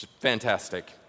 Fantastic